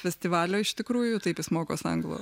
festivalio iš tikrųjų taip jis mokos anglų